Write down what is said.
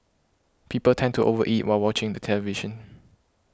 people tend to over eat while watching the television